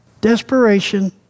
desperation